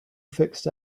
fixed